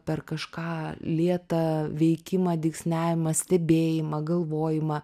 per kažką lėtą veikimą dygsniavimą stebėjimą galvojimą